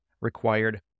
required